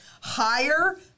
higher